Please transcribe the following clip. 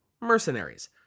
mercenaries